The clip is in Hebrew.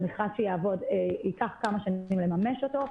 זה מכרז שייקח כמה שנים לממש אותו,